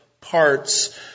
parts